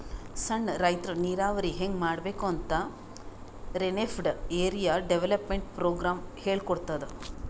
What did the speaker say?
ಸಣ್ಣ್ ರೈತರ್ ನೀರಾವರಿ ಹೆಂಗ್ ಮಾಡ್ಬೇಕ್ ಅಂತ್ ರೇನ್ಫೆಡ್ ಏರಿಯಾ ಡೆವಲಪ್ಮೆಂಟ್ ಪ್ರೋಗ್ರಾಮ್ ಹೇಳ್ಕೊಡ್ತಾದ್